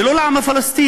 ולא לעם הפלסטיני.